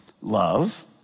Love